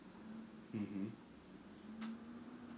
mmhmm